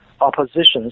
oppositions